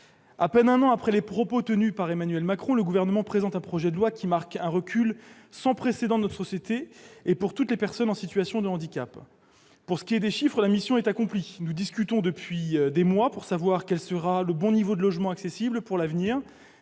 À peine un an après ces propos tenus par Emmanuel Macron, le Gouvernement présente un projet de loi qui marque un recul sans précédent de notre société pour toutes les personnes en situation de handicap. Pour ce qui est des chiffres, la mission est remplie. Nous discutons depuis des mois pour savoir quel sera le bon taux de logements accessibles à l'avenir